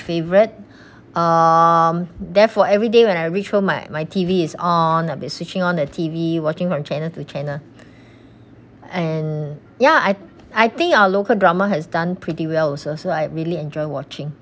favourite um therefore everyday when I reach home my my T_V is on I'll be switching on the T_V watching from channel to channel and ya I I think our local drama has done pretty well also so I really enjoy watching